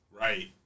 right